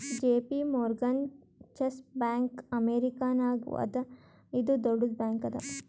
JP Morgan Chase bank ಅಮೇರಿಕಾನಾಗ್ ಅದಾ ಇದು ದೊಡ್ಡುದ್ ಬ್ಯಾಂಕ್ ಅದಾ